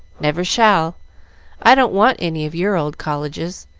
never shall i don't want any of your old colleges.